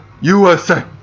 USA